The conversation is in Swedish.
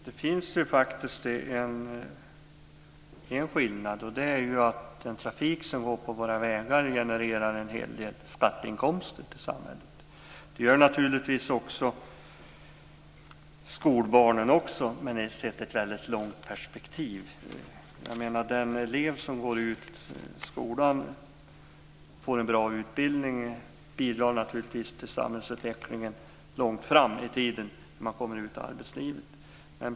Fru talman! Det finns en skillnad. Den trafik som går på våra vägar genererar en hel del skatteinkomster till samhället. Det gör naturligtvis också skolbarnen, sett i ett långt perspektiv. Den elev som går ut skolan, som får en bra utbildning, bidrar naturligtvis till samhällsutvecklingen långt fram i tiden när han eller hon kommer ut i arbetslivet.